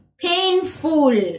painful